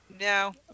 No